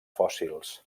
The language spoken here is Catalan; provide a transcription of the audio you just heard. fòssils